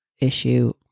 issue